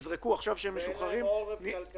אין להם גם עורף כלכלי.